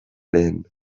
lehen